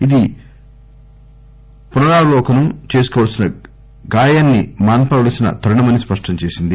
ఇది పునరావలోకనం చేసుకొవలసిన గాయాన్ని మాన్పవలసిన తరుణమని స్పష్టం చేశారు